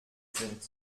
sind